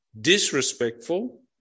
disrespectful